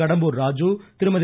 Kadambur Raju Thirumathi